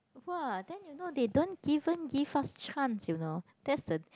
!wah! then you know they don't even give us chance you know that's the